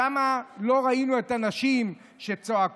שם לא ראינו את הנשים שצועקות,